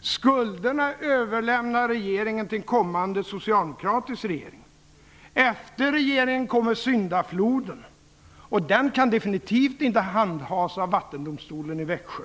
Skulderna överlämnar regeringen till en kommande socialdemokratisk regering. Efter regeringen kommer syndafloden, och den kan definitivt inte handhas av Vattendomstolen i Växjö.